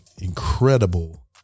incredible